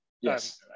Yes